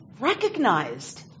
recognized